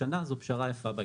שנה זו פשרה יפה בהקשר הזה.